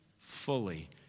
Fully